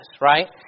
right